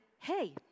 hey